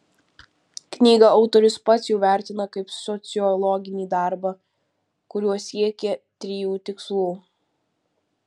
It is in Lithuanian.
knygą autorius pats jau vertina kaip sociologinį darbą kuriuo siekė trijų tikslų